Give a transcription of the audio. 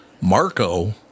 Marco